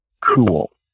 cool